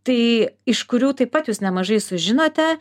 tai iš kurių taip pat jūs nemažai sužinote